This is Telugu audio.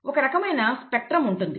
ఒక రకమైన స్పెక్ట్రం ఉంటుంది